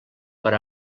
per